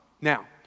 Now